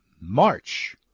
March